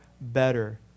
better